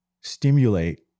stimulate